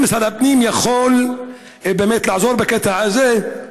אם משרד הפנים יכול באמת לעזור בקטע הזה,